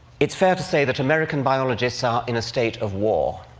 it's fair to say that american biologists are in a state of war.